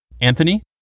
Anthony